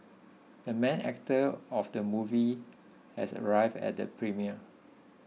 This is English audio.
the main actor of the movie has arrived at the premiere